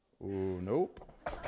nope